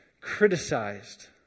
criticized